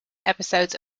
episodes